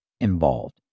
involved